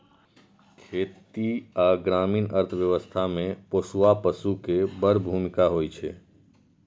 खेती आ ग्रामीण अर्थव्यवस्था मे पोसुआ पशु के बड़ भूमिका होइ छै